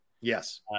yes